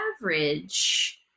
average